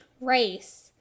race